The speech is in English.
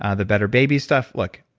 ah the better baby stuff look,